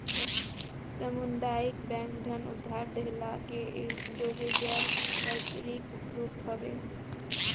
सामुदायिक बैंक धन उधार देहला के एगो गैर पारंपरिक रूप हवे